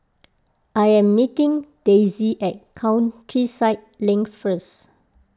I am meeting Daisy at Countryside Link first